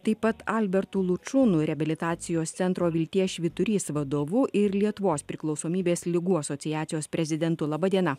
taip pat albertu lučūnu reabilitacijos centro vilties švyturys vadovu ir lietuvos priklausomybės ligų asociacijos prezidentu laba diena